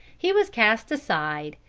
he was cast aside,